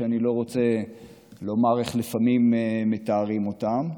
שאני לא רוצה לומר איך לפעמים מתארים אותם,